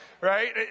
right